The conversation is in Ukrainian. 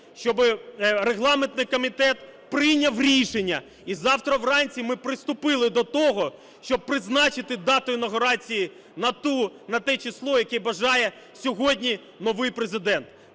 щоби регламентний комітет прийняв рішення і завтра вранці ми приступили до того, щоб призначити дату інавгурації на те число, яке бажає сьогодні новий Президент.